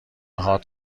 هات